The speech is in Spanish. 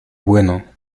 bueno